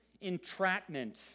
entrapment